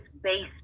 based